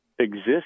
Exist